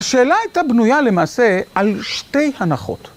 השאלה הייתה בנויה למעשה על שתי הנחות.